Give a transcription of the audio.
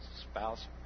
Spouse